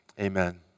Amen